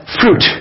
fruit